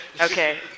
Okay